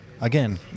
Again